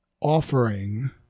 offering